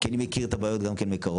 כי אני מכיר את הבעיות גם כן מקרוב.